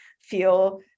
feel